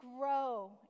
grow